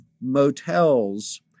motels